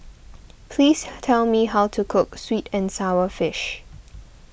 please tell me how to cook Sweet and Sour Fish